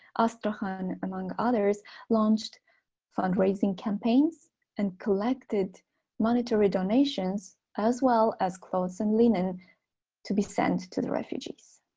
astrakhan, among others launched fundraising campaigns and collected monetary donations as well as clothes and linen to be sent to the refugees